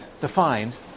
defined